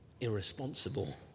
irresponsible